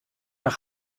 nach